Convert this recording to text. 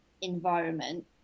environment